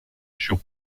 sur